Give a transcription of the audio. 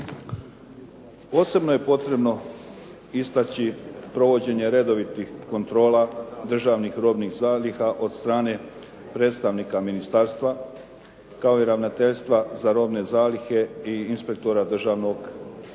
Posebno je potrebno istaći provođenje redovitih kontrola državnih robnih zaliha od strane predstavnika ministarstva, kao i ravnateljstva za robne zalihe i inspektora državnog